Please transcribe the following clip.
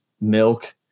milk